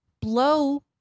blow